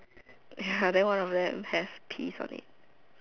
then one of them have peas on it